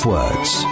Words